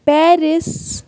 Paris